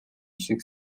шиг